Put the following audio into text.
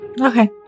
Okay